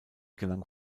gelang